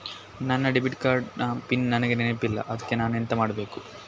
ನನ್ನ debit card ನ PIN ನನಗೆ ನೆನಪಿಲ್ಲ ಅದ್ಕೆ ನಾನು ಎಂತ ಮಾಡಬೇಕು?